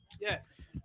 Yes